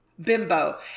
Bimbo